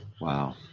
Wow